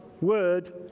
word